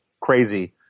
crazy